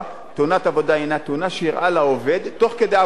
תאונת עבודה היא תאונה שאירעה לעובד תוך כדי עבודתו